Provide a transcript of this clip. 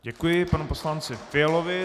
Děkuji panu poslanci Fialovi.